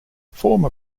former